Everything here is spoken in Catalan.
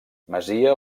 masia